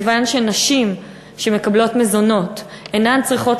מכיוון שנשים שמקבלות מזונות אינן צריכות